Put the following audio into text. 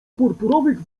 purpurowych